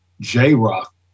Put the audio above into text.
J-Rock